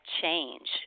change